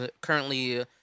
currently